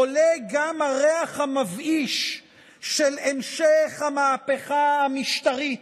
עולה גם הריח המבאיש של המשך המהפכה המשטרית